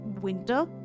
winter